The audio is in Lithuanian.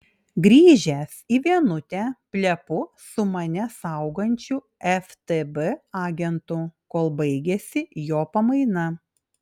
grįžęs į vienutę plepu su mane saugančiu ftb agentu kol baigiasi jo pamaina